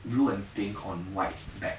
blue and pink on white back